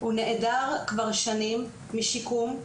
הוא נעדר כבר שנים משיקום,